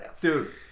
Dude